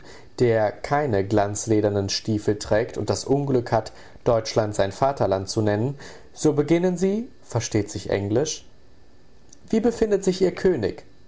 der keine glanzledernen stiefel trägt und das unglück hat deutschland sein vaterland zu nennen so beginnen sie versteht sich englisch wie befindet sich ihr könig